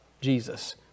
Jesus